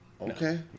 Okay